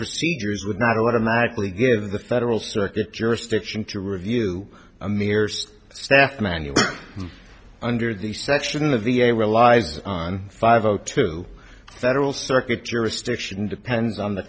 procedures would not automatically give the federal circuit jurisdiction to review amir's staff manual under the section of the a relies on five o two federal circuit jurisdiction depends on the